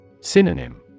Synonym